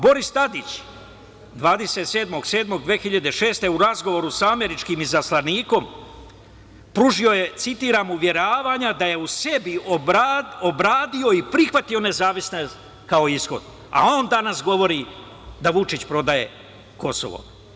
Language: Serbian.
Boris Tadić, 27. jula 2006. godine u razgovoru sa američkim izaslanikom pružio je, citiram, "uveravanja da je u sebi obradio i prihvatio nezavisnost kao ishod", a on danas govori da Vučić prodaje Kosovo.